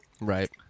right